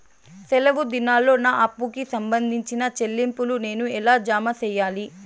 సెలవు దినాల్లో నా అప్పుకి సంబంధించిన చెల్లింపులు నేను ఎలా జామ సెయ్యాలి?